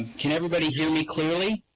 can everybody hear me clearly?